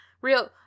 real